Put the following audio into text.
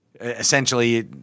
essentially